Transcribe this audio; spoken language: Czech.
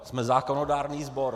Jsme zákonodárný sbor.